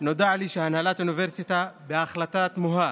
נודע לי שהנהלת האוניברסיטה, בהחלטה תמוהה,